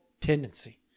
tendency